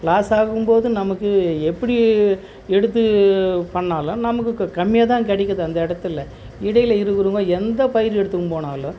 loss ஆகும்போது நமக்கு எப்படி எடுத்து பண்ணாலும் நமக்கு கம்மியாக தான் கிடைக்கிது அந்த இடத்துல இடையில் இருபது ரூபா எந்தப் பயிர் எடுத்துன்னு போனாலும்